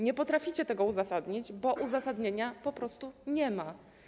Nie potraficie tego uzasadnić, bo uzasadnienia po prostu nie ma.